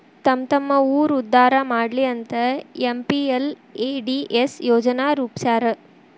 ತಮ್ಮ್ತಮ್ಮ ಊರ್ ಉದ್ದಾರಾ ಮಾಡ್ಲಿ ಅಂತ ಎಂ.ಪಿ.ಎಲ್.ಎ.ಡಿ.ಎಸ್ ಯೋಜನಾ ರೂಪ್ಸ್ಯಾರ